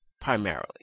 primarily